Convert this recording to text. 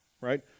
right